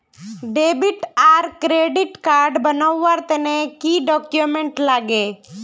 Debit आर credit card बनवार तने की की डॉक्यूमेंट लागे?